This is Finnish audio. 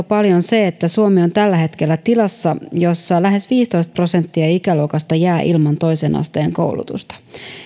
paljon se että suomi on tällä hetkellä tilassa jossa lähes viisitoista prosenttia ikäluokasta jää ilman toisen asteen koulutusta